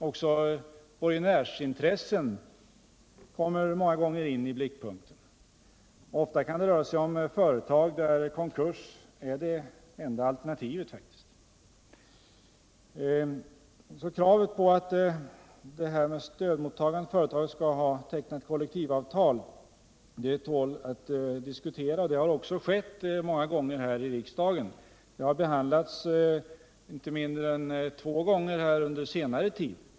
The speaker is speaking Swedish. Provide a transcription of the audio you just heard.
Också borgenärsintressen kommer många gånger i blickpunkten. Ofta kan det röra sig om företag där konkurs faktiskt är det enda alternativet. Kravet på att stödmottagande företag skall ha tecknat kollektivavtal tål alltså att diskuteras. Så har också skett många gånger här i riksdagen. Det har behandlats inte mindre än två gånger under senare tid.